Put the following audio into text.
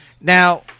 Now